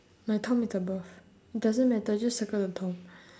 my tom is above doesn't matter just circle the tom